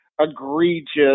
egregious